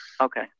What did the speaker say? okay